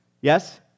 Yes